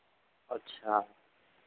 अच्छा